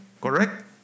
Correct